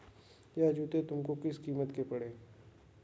यह जूते तुमको किस कीमत के पड़े?